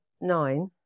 nine